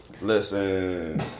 Listen